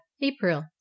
April